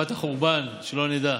תקופת החורבן, שלא נדע.